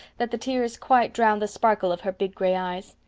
that the tears quite drowned the sparkle of her big gray eyes.